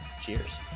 Cheers